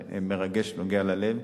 הוא מרגש, נוגע ללב,